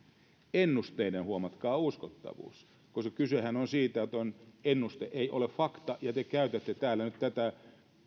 ennusteiden huomatkaa uskottavuus koska kysehän on siitä että ennuste ei ole fakta ja te käytätte täällä nyt tätä